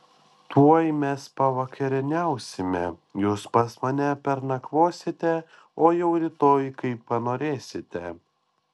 tuoj mes pavakarieniausime jūs pas mane pernakvosite o jau rytoj kaip panorėsite